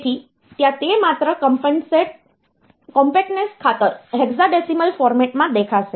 તેથી ત્યાં તે માત્ર કોમ્પેક્ટનેસ ખાતર હેક્સાડેસિમલ ફોર્મેટમાં દેખાશે